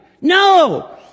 No